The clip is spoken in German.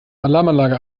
alarmanlage